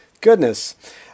Goodness